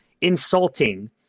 Insulting